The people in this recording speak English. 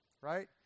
right